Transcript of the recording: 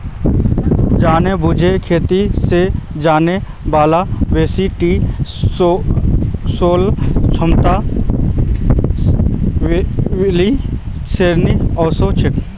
जानेबुझे खेती स जाने बाला बेसी टी शैवाल सूक्ष्म शैवालेर श्रेणीत ओसेक छेक